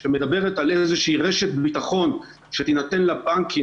שמדברת על איזושהי רשת ביטחון שתינתן לבנקים